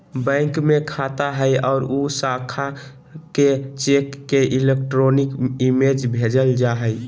bank में खाता हइ और उ शाखा के चेक के इलेक्ट्रॉनिक इमेज भेजल जा हइ